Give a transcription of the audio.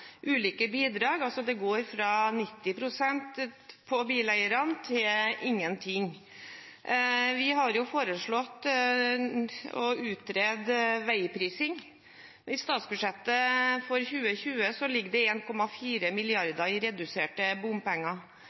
ulike andeler, ulike bidrag – det går fra 90 pst. på bileierne til ingenting. Vi har foreslått å utrede veiprising. I statsbudsjettet for 2020 ligger det 1,4 mrd. kr i reduserte bompenger.